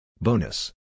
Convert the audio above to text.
Bonus